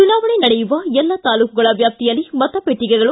ಚುನಾವಣೆ ನಡೆಯುವ ಎಲ್ಲ ತಾಲೂಕುಗಳ ವ್ಯಾಪ್ತಿಯಲ್ಲಿ ಮತಪೆಟ್ಟಿಗೆಗಳು